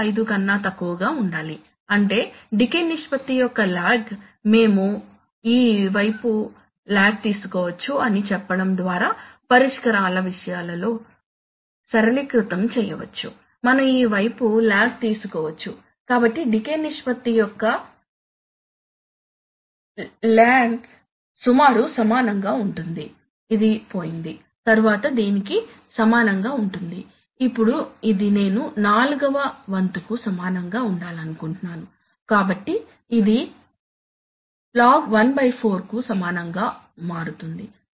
25 కన్నా తక్కువగా ఉండాలి అంటే డికే నిష్పత్తి యొక్క లాగ్ మేము ఈ వైపు లాగ్ తీసుకోవచ్చు అని చెప్పడం ద్వారా పరిష్కారాల విషయాలను సరళీకృతం చేయవచ్చు మనం ఈ వైపు లాగ్ తీసుకోవచ్చు కాబట్టి డికే నిష్పత్తి యొక్క ln సుమారు సమానంగా ఉంటుంది ఇది పోయింది తరువాత దీనికి సమానంగా ఉంటుంది ఇప్పుడు ఇది నేను నాల్గవ వంతుకు సమానంగా ఉండాలనుకుంటున్నాను కాబట్టి ఇది ln 14 కు సమానంగా మారుతుంది